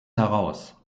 heraus